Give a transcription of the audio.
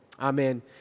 Amen